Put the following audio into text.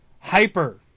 Hyper